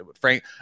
Frank